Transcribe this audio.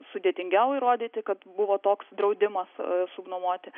sudėtingiau įrodyti kad buvo toks draudimas subnuomoti